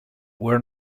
were